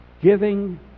Giving